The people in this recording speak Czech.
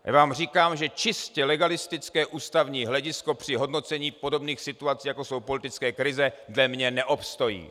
Já vám říkám, že čistě legalistické ústavní hledisko při hodnocení v podobných situacích, jako jsou politické krize, ve mně neobstojí.